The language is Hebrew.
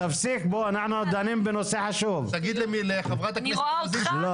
אני רואה אותך,